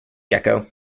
gecko